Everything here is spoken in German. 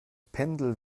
pendel